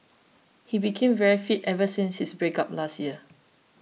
he became very fit ever since his breakup last year